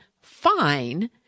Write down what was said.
fine